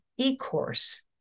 e-course